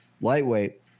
lightweight